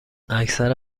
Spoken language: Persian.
اکثر